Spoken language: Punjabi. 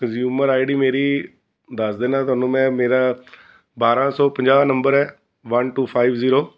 ਕੰਜੀਊਮਰ ਆਈ ਡੀ ਮੇਰੀ ਦੱਸ ਦਿੰਦਾ ਤੁਹਾਨੂੰ ਮੈਂ ਮੇਰਾ ਬਾਰਾਂ ਸੌ ਪੰਜਾਹ ਨੰਬਰ ਹੈ ਵੰਨ ਟੂ ਫਾਈਵ ਜ਼ੀਰੋ